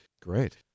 Great